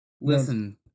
Listen